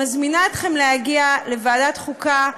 אני מזמינה אתכם להגיע לוועדת החוקה,